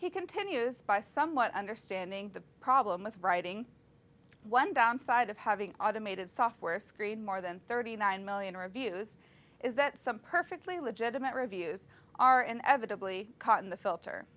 he continues by somewhat understanding the problem with writing one downside of having automated software screen more than thirty nine million reviews is that some perfectly legitimate reviews are inevitably caught in the filter